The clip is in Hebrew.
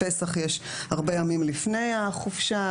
יש הרבה ימים לפני חופשת פסח,